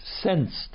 sensed